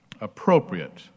appropriate